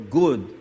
good